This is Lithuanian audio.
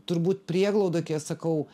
turbūt prieglaudoj kai aš sakau